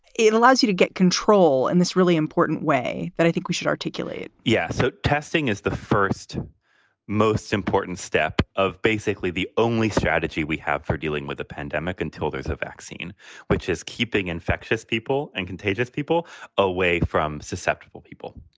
it allows you to get control and this really important way that i think we should articulate yeah. so testing is the first most important step of basically the only strategy we have for dealing with a pandemic until there's a vaccine which is keeping infectious people and contagious people away from susceptible people.